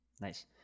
Nice